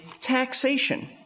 taxation